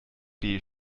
beige